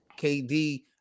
kd